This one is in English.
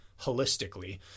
holistically